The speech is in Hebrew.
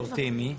ומסורתיים אצל מי?